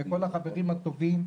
וכל החברים הטובים,